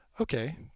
okay